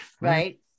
Right